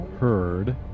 heard